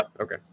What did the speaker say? Okay